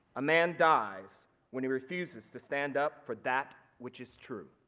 a man dies when he refuses to stand up for that which is true.